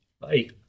Bye